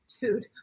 dude